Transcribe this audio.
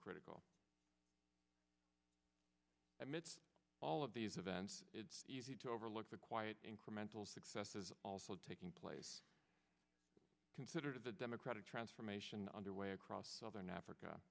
critical amidst all of these events it's easy to overlook the quiet incremental successes also taking place considered of the democratic transformation underway across southern africa